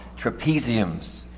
trapeziums